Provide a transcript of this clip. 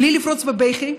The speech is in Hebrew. בלי לפרוץ בבכי,